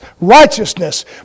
righteousness